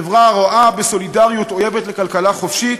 חברה הרואה בסולידריות אויבת לכלכלה חופשית,